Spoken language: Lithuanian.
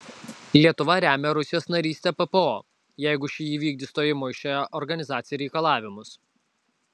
lietuva remia rusijos narystę ppo jeigu ši įvykdys stojimo į šią organizaciją reikalavimus